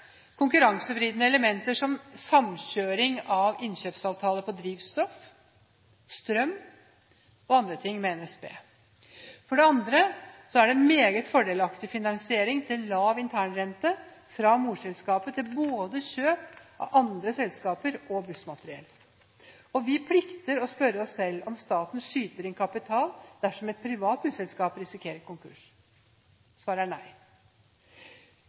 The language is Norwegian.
konkurransevridende elementer som samkjøring av innkjøpsavtaler på drivstoff, strøm og andre ting med NSB. For det andre: meget fordelaktig finansiering til lav internrente fra morselskapet til kjøp både av andre selskaper og bussmateriell. Vi plikter å spørre oss selv om staten skyter inn kapital dersom et privat busselskap risikerer konkurs. Svaret er nei.